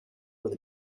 with